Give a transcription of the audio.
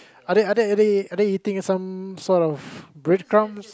are they are they eating some sort of breadcrumbs